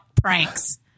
pranks